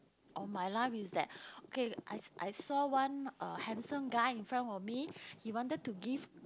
of my life is that okay I I saw one uh handsome guy in front of me he wanted to give